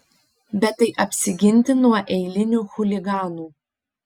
bet tai apsiginti nuo eilinių chuliganų